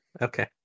Okay